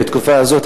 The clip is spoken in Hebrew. בתקופה הזאת,